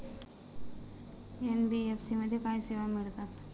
NBFC मध्ये काय सेवा मिळतात?